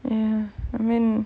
mm I mean